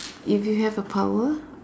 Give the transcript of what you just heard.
if you have a power